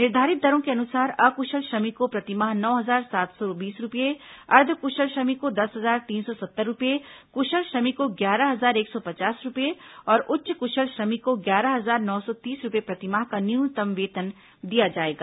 निर्धारित दरों के अनुसार अक्शल श्रमिक को प्रतिमाह नौ हजार सात सौ बीस रूपये अर्द्व क्शल श्रमिक को दस हजार तीन सौ सत्तर रूपये कुशल श्रमिक को ग्यारह हजार एक सौ पचास रूपये और उच्च कुशल श्रमिक को ग्यारह हजार नौ सौ तीस रूपये प्रतिमाह का न्यूनतम वेतन दिया जाएगा